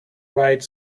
right